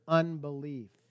unbelief